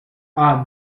are